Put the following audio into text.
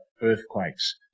earthquakes